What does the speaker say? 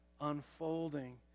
unfolding